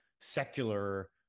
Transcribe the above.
secular